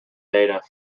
data